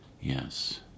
Yes